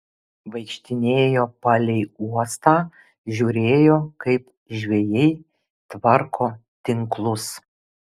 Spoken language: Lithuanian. vaikštinėjo palei uostą žiūrėjo kaip žvejai tvarko tinklus